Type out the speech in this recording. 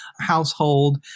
household